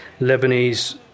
lebanese